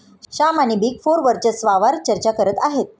श्याम आणि big four वर्चस्वावार चर्चा करत आहेत